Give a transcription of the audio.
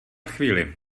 chvíli